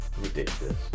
Ridiculous